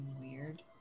Weird